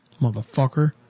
Motherfucker